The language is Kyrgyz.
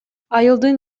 айылдын